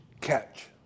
catch